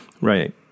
Right